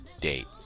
date